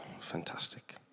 Fantastic